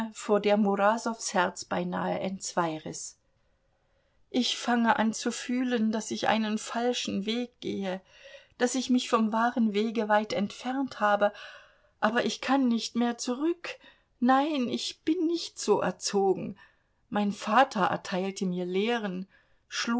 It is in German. vor der murasows herz beinahe entzweiriß ich fange an zu fühlen daß ich einen falschen weg gehe daß ich mich vom wahren wege weit entfernt habe aber ich kann nicht mehr zurück nein ich bin nicht so erzogen mein vater erteilte mir lehren